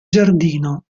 giardino